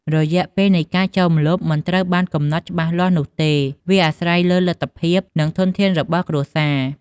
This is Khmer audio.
រយៈពេលនៃការចូលម្លប់មិនត្រូវបានកំណត់ច្បាស់លាស់នោះទេ វាអាស្រ័យទៅលើលទ្ធភាព និងធនធានរបស់គ្រួសារ។